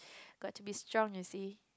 got to be strong you see